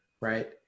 Right